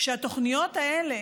שהתוכניות האלה